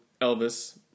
Elvis